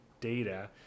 Data